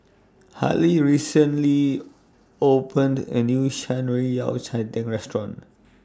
Harding recently opened A New Shan Rui Yao Cai Tang Restaurant